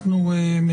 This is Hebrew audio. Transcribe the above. שלום לכולם,